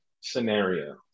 scenario